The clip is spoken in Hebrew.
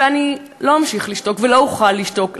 ואני לא אמשיך לשתוק ולא אוכל לשתוק.